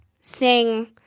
sing –